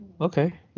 Okay